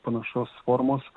panašos formos